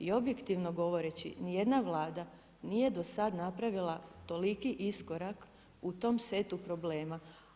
I objektivno govoreći ni jedna Vlada nije do sada napravila toliki iskorak u tom setu problema.